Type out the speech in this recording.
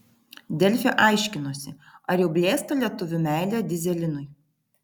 delfi aiškinosi ar jau blėsta lietuvių meilė dyzelinui